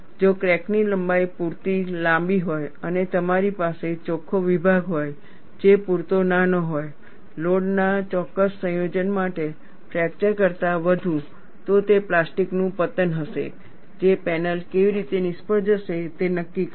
જો ક્રેકની લંબાઈ પૂરતી લાંબી હોય અને તમારી પાસે ચોખ્ખો વિભાગ હોય જે પૂરતો નાનો હોય લોડના ચોક્કસ સંયોજન માટે ફ્રેકચર કરતાં વધુ તો તે પ્લાસ્ટિકનું પતન હશે જે પેનલ કેવી રીતે નિષ્ફળ જશે તે નક્કી કરશે